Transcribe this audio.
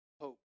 hope